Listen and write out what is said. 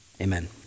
amen